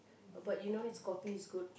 uh but you know his coffee is good